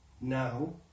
now